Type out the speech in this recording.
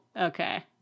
Okay